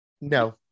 no